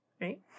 right